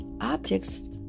objects